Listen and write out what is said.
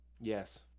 Yes